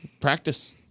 Practice